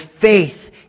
faith